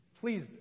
Please